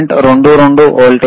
22 voltage